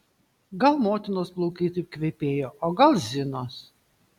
gal motinos plaukai taip kvepėjo o gal zinos